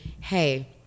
hey